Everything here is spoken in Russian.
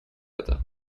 это